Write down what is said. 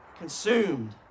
Consumed